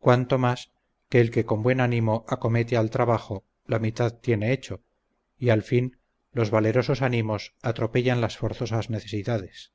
cuanto más que el que con buen ánimo acomete al trabajo la mitad tiene hecho y al fin los valerosos ánimos atropellan las forzosas necesidades